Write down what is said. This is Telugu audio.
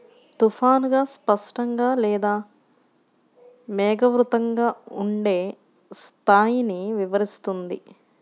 తుఫానుగా, స్పష్టంగా లేదా మేఘావృతంగా ఉండే స్థాయిని వివరిస్తుంది